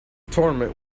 tournament